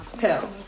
Hell